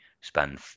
spend